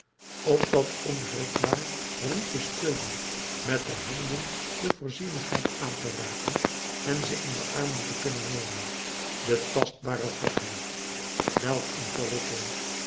op dat onwrikbaar riet te steunen met de handen de voorzienigheid aan te raken en ze in de armen te kunnen nemen de tastbare godheid welk een verrukking